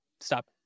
Stop